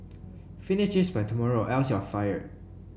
finish this by tomorrow else you'll fired